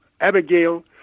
Abigail